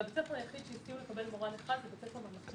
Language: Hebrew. בית הספר היחיד שהסכים לקבל מורה נכה זה בית ספר ממלכתי-דתי.